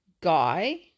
guy